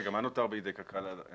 מה נותר בידי קק"ל?